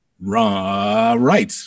Right